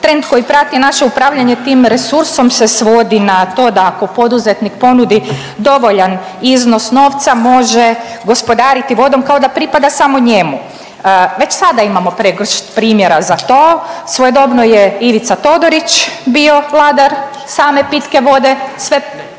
Trend koji prati naše upravljanje tim resursom se svodi na to da ako poduzetnik ponudi dovoljan iznos novca može gospodariti vodom kao da pripada samo njemu. Već sada imamo pregršt primjera za to, svojedobno je Ivica Todorić bio vladar same pitke vode sve,